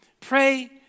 Pray